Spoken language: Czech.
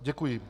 Děkuji.